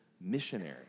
missionary